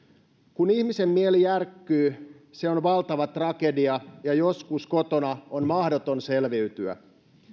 kun ihmisen mieli järkkyy se on valtava tragedia ja joskus kotona on mahdoton selviytyä